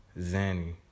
Zanny